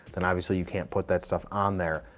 then obviously you can't put that stuff on there.